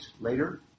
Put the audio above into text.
later